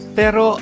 pero